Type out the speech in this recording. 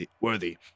worthy